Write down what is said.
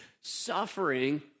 suffering